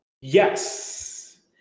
Yes